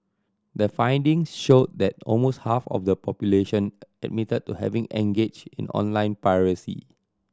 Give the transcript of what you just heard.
the findings show that almost half of the population admitted to having engaged in online piracy